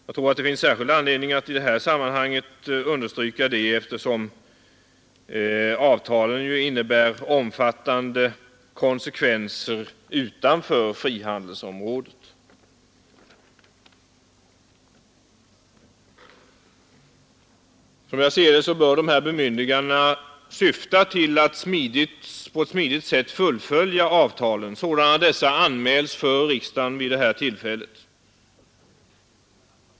Jag tror att det finns särskild anledning att i detta sammanhang understryka detta, eftersom avtalen medför omfattande konsekvenser utanför frihandelsområdet. Som jag ser det bör dessa bemyndiganden syfta till att på ett smidigt sätt fullfölja avtalen sådana dessa anmäls för riksdagen vid detta tillfälle.